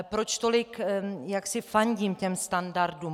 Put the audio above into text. Proč tolik jaksi fandím standardům?